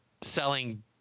selling